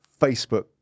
Facebook